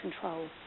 control